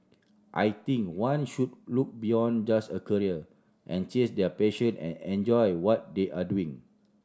I think one should look beyond just a career and chase their passion and enjoy what they are doing